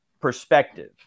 perspective